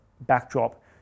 backdrop